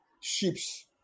ships